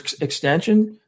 extension